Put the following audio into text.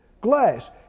glass